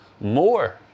more